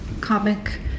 comic